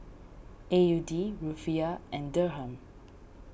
A U D Rufiyaa and Dirham